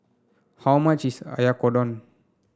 how much is Oyakodon